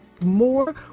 more